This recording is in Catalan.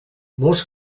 molts